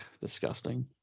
disgusting